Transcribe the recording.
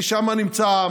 כי שמה נמצא,